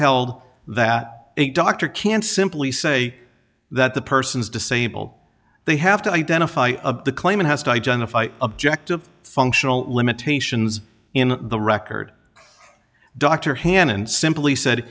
held that a doctor can simply say that the person is disabled they have to identify the claimant has to identify objective functional limitations in the record dr hannan simply said